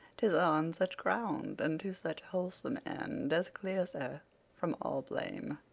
tis on such ground, and to such wholesome end, as clears her from all blame.